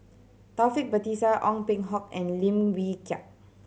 Taufik Batisah Ong Peng Hock and Lim Wee Kiak